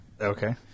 Okay